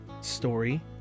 story